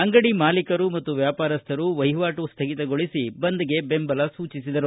ಅಂಗಡಿ ಮಾಲೀಕರು ಮತ್ತು ವ್ಯಾಪಾರಸ್ವರು ವಹಿವಾಟು ಸ್ನಗಿತಗೊಳಿಸಿ ಬಂದ್ಗೆ ಬೆಂಬಲ ಸೂಚಿಸಿದರು